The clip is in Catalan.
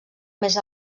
més